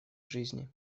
жизни